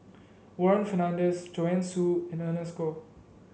Warren Fernandez Joanne Soo and Ernest Goh